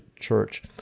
church